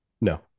No